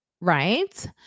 right